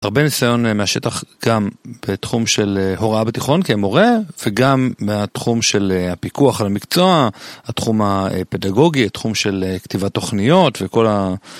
הרבה ניסיון מהשטח גם בתחום של הוראה בתיכון כמורה, וגם בתחום של הפיקוח על המקצוע, התחום הפדגוגי, תחום של כתיבת תוכניות וכל ה...